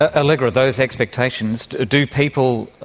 ah allegra, those expectations, do people,